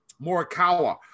Morikawa